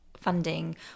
funding